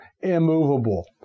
immovable